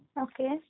Okay